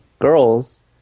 girls